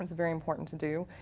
very important to do.